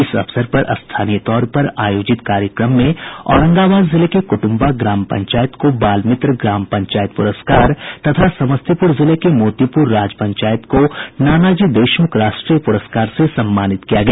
इस अवसर पर स्थानीय तौर पर आयोजित कार्यक्रम में औरंगाबाद जिले के कुटुंबा ग्राम पंचायत को बाल मित्र ग्राम पंचायत पुरस्कार तथा समस्तीपुर जिले के मोतीपुर राज पंचायत को नानाजी देशमुख राष्ट्रीय पुरस्कार से सम्मानित किया गया